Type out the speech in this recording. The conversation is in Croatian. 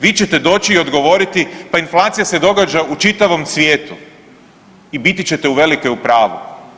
Vi ćete doći i odgovoriti, pa inflacija se događa u čitavom svijetu i biti ćete uvelike u pravu.